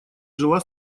жила